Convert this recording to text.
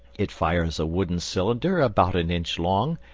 it fires a wooden cylinder about an inch long,